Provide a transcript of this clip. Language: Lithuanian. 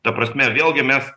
ta prasme vėlgi mes